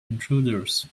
intruders